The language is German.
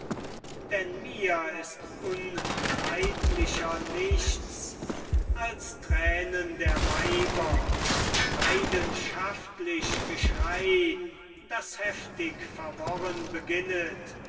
denn mir ist unleidlicher nichts als tränen der weiber leidenschaftlich geschrei das heftig verworren beginnet